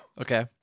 Okay